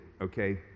okay